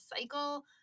cycle